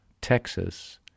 Texas